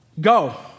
Go